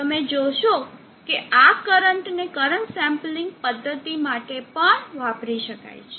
તમે જોશો કે આ કરંટ ને કરંટ સેમ્પલિંગ પદ્ધતિ માટે પણ વાપરી શકાય છે